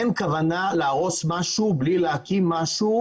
אין כוונה להרוס משהו בלי להקים משהו